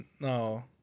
No